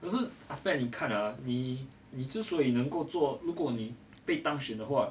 可是 ah fat 你看啊你你之所以能够做如果你被当选的话